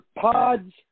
pods